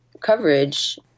coverage